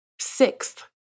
Sixth